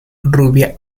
rubia